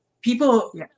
people